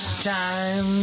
Time